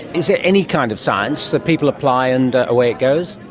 is there any kind of science that people apply and away it goes?